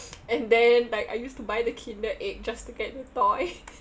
and then like I used to buy the kinder egg just to get the toy